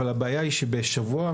אבל הבעיה היא שבשבוע,